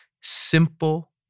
Simple